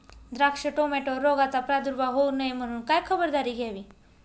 द्राक्ष, टोमॅटोवर रोगाचा प्रादुर्भाव होऊ नये म्हणून काय खबरदारी घ्यावी?